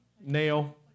nail